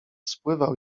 spływał